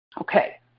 Okay